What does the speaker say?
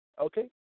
Okay